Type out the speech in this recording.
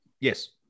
yes